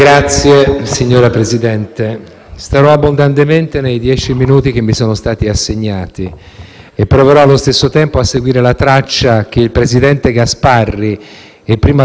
proverò allo stesso tempo a seguire la traccia che il presidente Gasparri e prima di lui la Corte costituzionale dal 2012 a qualche mese fa hanno suggerito: